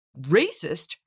racist